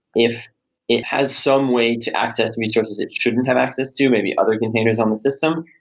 if it has some way to access resources it shouldn't have access to, maybe other containers on the system,